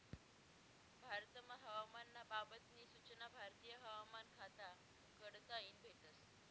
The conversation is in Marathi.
भारतमा हवामान ना बाबत नी सूचना भारतीय हवामान खाता कडताईन भेटस